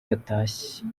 yatashye